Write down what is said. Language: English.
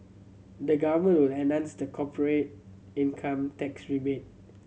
the Government will enhance the corporate income tax rebate